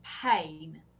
pain